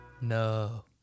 No